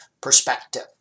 perspective